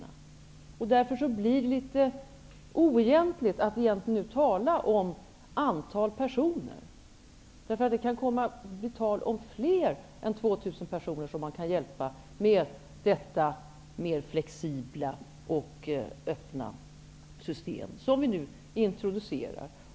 Det är därför litet oegentligt att nu tala om antalet personer. Det kan bli fråga om att hjälpa fler än de 2 000 personerna med det mer flexibla och öppna system som vi nu introducerar.